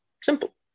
Simple